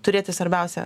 turėti svarbiausia